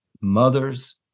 mothers